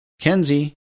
Kenzie